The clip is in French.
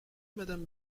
madame